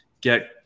get